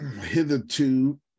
hitherto